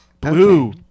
Blue